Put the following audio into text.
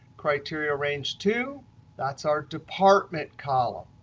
criteria range two that's our department column,